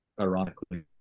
ironically